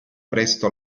presto